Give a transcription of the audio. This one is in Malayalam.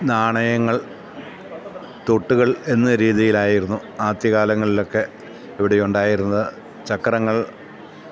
നാണയങ്ങൾ തുട്ടുകൾ എന്ന രീതിയിലായിരുന്നു ആദ്യകാലങ്ങളിലൊക്കെ ഇവിടെയുണ്ടായിരുന്നത് ചക്രങ്ങൾ